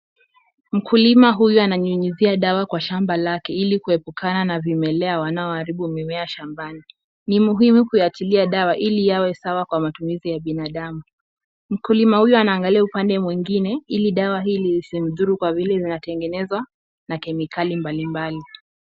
Mkulima huyo ananyunyizia dawa kwa shamba lake ili kuepukana na vimelea wanaoaribu mimea shambani. Ni muhimu kuyatilia dawa ili yawe sawa kwa matumizi ya binadamu. Mkulima huyo anaangalia upande mwingine ili dawa hili lisimdhuru kwa vile vinatengenezwa na kemikali mbalimbali.